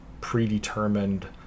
predetermined